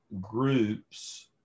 groups